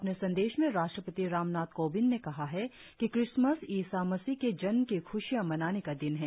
अपने संदेश में राष्ट्रपति रामनाथ कोविंद ने कहा है कि क्रिसमस ईसा मसीह के जन्म की ख्शियां मनाने का दिन है